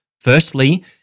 Firstly